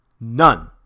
None